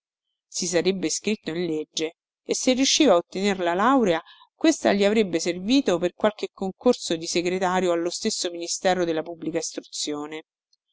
si sarebbe iscritto in legge e se riusciva a ottener la laurea questa gli avrebbe servito per qualche concorso di segretario allo stesso ministero della pubblica istruzione